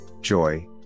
joy